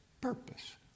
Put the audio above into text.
purpose